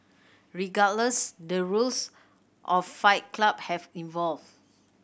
regardless the rules of Fight Club have evolved